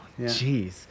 Jeez